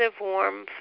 warm